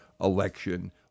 election